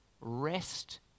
Rest